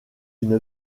une